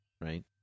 right